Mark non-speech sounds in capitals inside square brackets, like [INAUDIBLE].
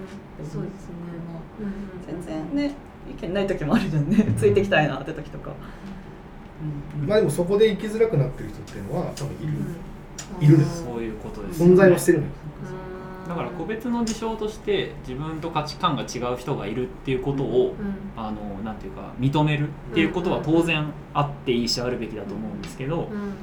そうですね。もううんうん。全然ね、意見ない時もあるじゃんね。うん。 [LAUGHS] ついてきたいなって時とか。 うん。うんうん。まあでもそこで生きづらくなってる人っていうのは多分いる。うん。いるです。うん。あー。そういうことですよね。存在はしてるのよ。うん。だから個別の事象として自分と価値観が違う人がいるっていうことを、うん。あの、なんていうか、認めるっていうことは当然あっていいし、あるべきだと思うんですけど、うん。うん。うん。